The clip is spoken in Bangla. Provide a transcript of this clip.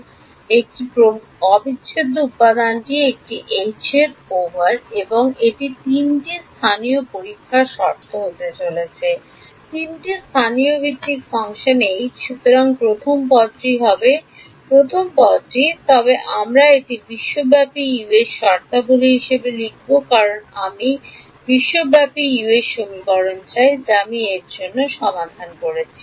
সুতরাং প্রথম অবিচ্ছেদ্য উপাদানটি একটি এর ওভার এবং এটি তিনটি স্থানীয় পরীক্ষার শর্তে হতে চলেছে তিনটি স্থানীয় ভিত্তিক ফাংশন সুতরাং প্রথম পদটি হবে প্রথম পদটি তবে আমরা এটি বিশ্বব্যাপী U এর শর্তাবলী লিখব কারণ আমি বিশ্বব্যাপী U এর সমীকরণ চাই যা আমি এর জন্য সমাধান করছি